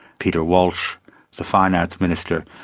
peter walsh the finance minister,